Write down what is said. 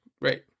right